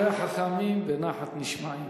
דברי חכמים בנחת נשמעים.